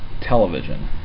television